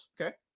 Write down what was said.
okay